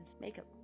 makeup